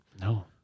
No